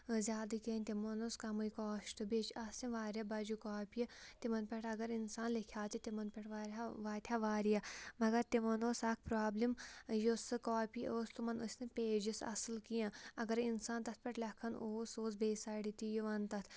زیادٕ کیٚنٛہہ تِمَن اوس کَمٕے کاسٹ بیٚیہِ چھِ آسہِ یِم وارِیاہ بَجہِ کاپیہِ تِمَن پٮ۪ٹھ اگر اِنسان لیٚکھِ ہا تہِ تِمَن پٮ۪ٹھ وارِہا واتہِ ہا وارِیاہ مگر تِمَن اوس اَکھ پرٛابلِم یُس سُہ کاپی ٲس تِمَن ٲسۍ نہٕ پیجِس اَصٕل کیٚنٛہہ اَگَرے اِنسان تَتھ پٮ۪ٹھ لٮ۪کھان اوس سُہ اوس بیٚیہِ سایڈٕ تہِ یِوان تَتھ